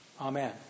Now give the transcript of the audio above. Amen